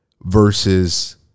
versus